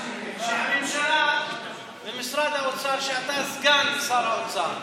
שהממשלה ומשרד האוצר, שאתה סגן שר האוצר,